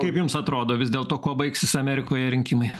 kaip jums atrodo vis dėlto kuo baigsis amerikoje rinkimai